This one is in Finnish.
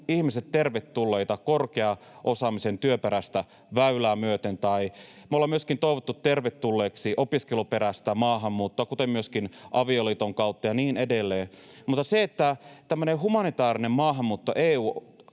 ihmiset tervetulleita korkean osaamisen työperäistä väylää myöten, ja me ollaan myöskin toivotettu tervetulleeksi opiskeluperäistä maahanmuuttoa, kuten myöskin avioliiton kautta ja niin edelleen. Mutta tämmöinen humanitaarinen maahanmuutto